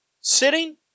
sitting